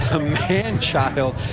the man child.